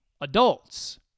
adults